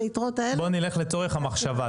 בואי נלך לצורך המחשבה.